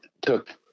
took